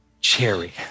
Cherry